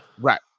Right